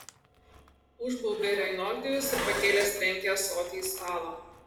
užbaubė reinoldijus ir pakėlęs trenkė ąsotį į stalą